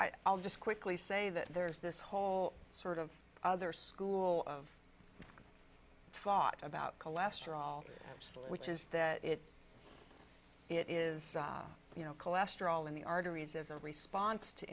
i'll just quickly say that there's this whole sort of other school of thought about cholesterol which is that it it is you know cholesterol in the arteries is a response to